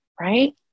Right